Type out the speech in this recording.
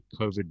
COVID